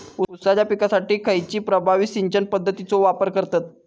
ऊसाच्या पिकासाठी खैयची प्रभावी सिंचन पद्धताचो वापर करतत?